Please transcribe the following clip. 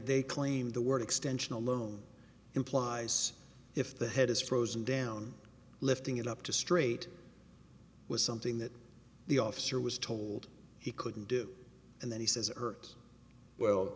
they claim the word extension alone implies if the head is frozen down lifting it up to straight was something that the officer was told he couldn't do and then he says hurt well